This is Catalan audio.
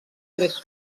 tres